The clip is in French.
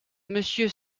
monsieur